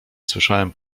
słyszałem